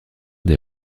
des